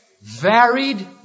varied